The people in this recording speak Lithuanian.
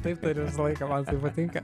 taip taip ir visą laiką man patinka